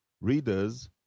readers